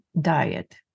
diet